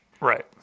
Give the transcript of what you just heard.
Right